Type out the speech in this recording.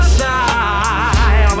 side